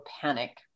panic